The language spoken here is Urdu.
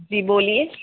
جی بولیے